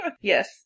Yes